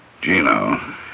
Gino